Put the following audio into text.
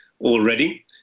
already